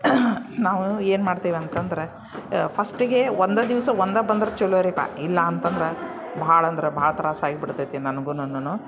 ನಾವು ಏನು ಮಾಡ್ತೇವೆ ಅಂತಂದ್ರೆ ಫಸ್ಟಿಗೆ ಒಂದೇ ದಿವಸ ಒಂದೇ ಬಂದ್ರೆ ಛಲೋರಿಪ್ಪ ಇಲ್ಲ ಅಂತಂದ್ರೆ ಭಾಳಂದ್ರೆ ಭಾಳ ತ್ರಾಸಾಗಿ ಬಿಡ್ತೈತಿ ನನ್ಗುನುನು